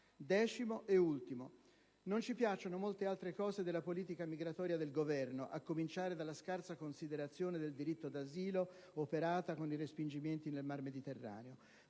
Decimo e ultimo punto. Non ci piacciono molte altre cose della politica migratoria del Governo, a cominciare dalla scarsa considerazione del diritto d'asilo operata con i respingimenti nel Mar Mediterraneo.